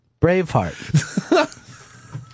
Braveheart